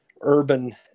urban